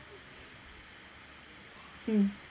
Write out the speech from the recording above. mm